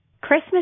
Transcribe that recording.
Christmas